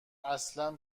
اصلا